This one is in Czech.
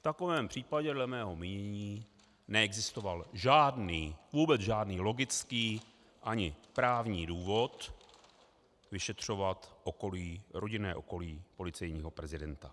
V takovém případě dle mého mínění neexistoval vůbec žádný logický ani právní důvod vyšetřovat rodinné okolí policejního prezidenta.